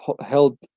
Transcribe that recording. held